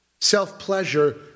Self-pleasure